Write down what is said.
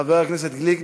חבר הכנסת גליק,